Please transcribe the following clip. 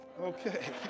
Okay